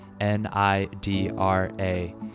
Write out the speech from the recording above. N-I-D-R-A